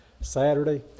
Saturday